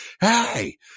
hey